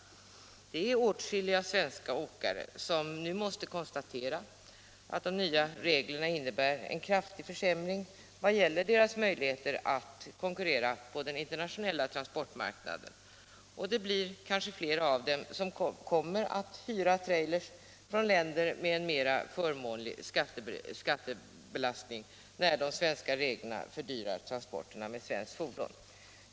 Det är åtskilliga svenska åkare som nu måste viss färjtrafik konstatera att de nya reglerna innebär en kraftig försämring vad gäller deras möjligheter att konkurrera på den internationella transportmarknaden. Kanske kommer flera av dem att hyra trailers från länder med en mera förmånlig skattebelastning, när de svenska reglerna fördyrar transporterna med svenskt fordon.